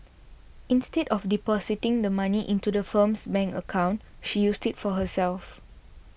instead of depositing the money into the firm's bank account she used it for herself